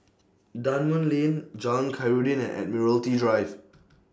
Dunman Lane Jalan Khairuddin and Admiralty Drive